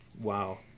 wow